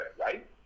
Right